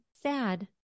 sad